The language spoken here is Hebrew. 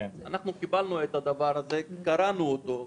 אנחנו קיבלנו את הדבר הזה, קראנו אותו.